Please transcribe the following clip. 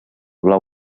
blau